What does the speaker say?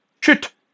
shoot